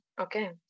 Okay